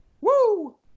Woo